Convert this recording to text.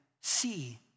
see